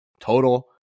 Total